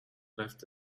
left